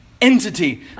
entity